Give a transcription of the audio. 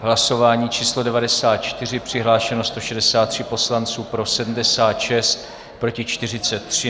Hlasování číslo 94, přihlášeno 163 poslanců, pro 76, proti 43.